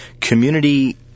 Community